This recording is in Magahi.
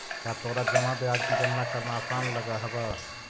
का तोरा जमा ब्याज की गणना करना आसान लगअ हवअ